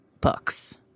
books